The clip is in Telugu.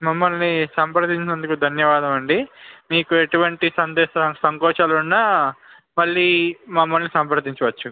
మమ్మల్ని సంప్రదించినందుకు ధన్యవాదం అండి మీకు ఎటువంటి సందేశ సంకోచాలు ఉన్నా మళ్ళీ మమ్మల్ని సంప్రదించవచ్చు